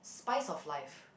spice of life